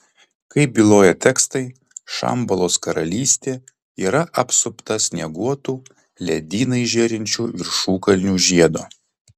kaip byloja tekstai šambalos karalystė yra apsupta snieguotų ledynais žėrinčių viršukalnių žiedo